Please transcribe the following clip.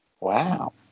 Wow